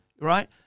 Right